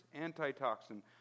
antitoxin